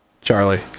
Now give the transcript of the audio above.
Charlie